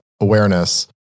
awareness